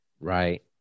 right